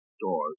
doors